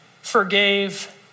forgave